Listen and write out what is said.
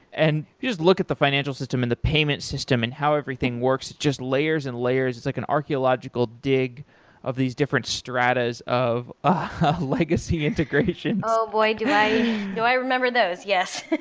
and just look at the financial system and the payment system and how everything works, just layers and layers. it's like an archaeological dig of these different stratus of a legacy integrations. oh boy, do i do i remember those? yes.